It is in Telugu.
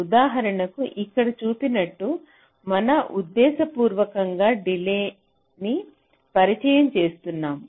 ఉదాహరణకు ఇక్కడ చూపినట్టు మనం ఉద్దేశపూర్వకంగా డిలే న్ని పరిచయం చేస్తున్నాము